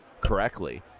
correctly